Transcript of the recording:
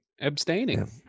abstaining